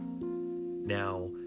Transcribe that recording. Now